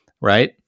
right